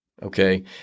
Okay